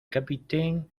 capitaine